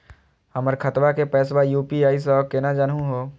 हमर खतवा के पैसवा यू.पी.आई स केना जानहु हो?